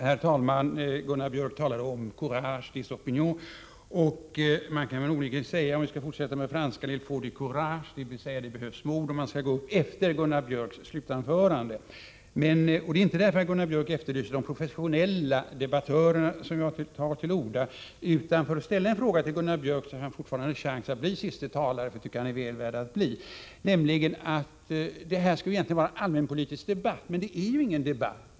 Herr talman! Gunnar Biörck i Värmdö talade om courage de ses opinions. Allmänpolitisk de Man kan onekligen säga — om vi skall fortsätta med franska — il faut du pan courage, dvs. det behövs mod, om man skall gå uppi talarstolen efter Gunnar Biörcks slutanförande. Det är inte på grund av att Gunnar Biörck efterlyser de professionella debattörerna som jag tar till orda, utan för att ställa en fråga till Gunnar Biörck så att han fortfarande har en chans att bli siste talare — det tycker jag att han är väl värd att bli. Egentligen skulle det här vara en allmänpolitisk debatt. Men det är ju ingen debatt.